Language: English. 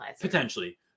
potentially